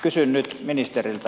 kysyn nyt ministeriltä